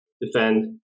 defend